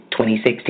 2016